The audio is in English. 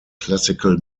classical